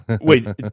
Wait